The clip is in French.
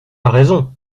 raison